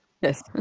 Yes